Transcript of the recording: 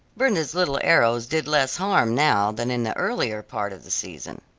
brenda's little arrows did less harm now than in the earlier part of the season.